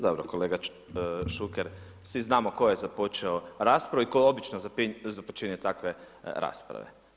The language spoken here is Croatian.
Dobro kolega Šuker, svi znamo tko je započeo raspravu i tko obično započinje takve rasprave.